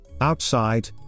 Outside